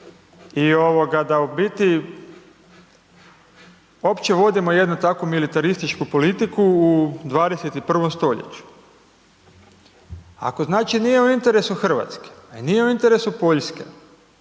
i da u biti opće vodimo jednu takvu militarističku politiku u 21. stoljeću. Ako, znači, nije u interesu RH, a i nije u interesu Poljske,